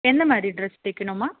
என்ன மாதிரி டிரஸ் தைக்கிணும்மா